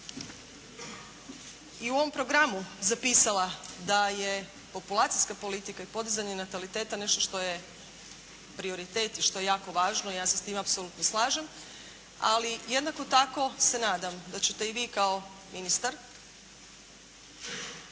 i u ovom programu zapisala da je populacijska politika i podizanje nataliteta nešto što je prioritet i što je jako važno ja se s tim apsolutno slažem ali jednako tako se nadam da ćete i vi kao ministar